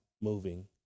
moving